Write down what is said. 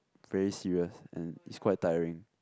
very serious and it's quite tiring